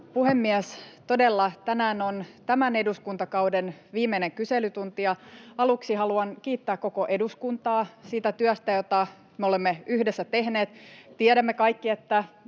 puhemies! Todella, tänään on tämän eduskuntakauden viimeinen kyselytunti, ja aluksi haluan kiittää koko eduskuntaa siitä työstä, jota me olemme yhdessä tehneet. Tiedämme kaikki, että